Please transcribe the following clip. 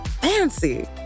fancy